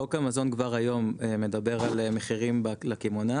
חוק המזון כבר היום מדבר על מחירים לקמעונאי,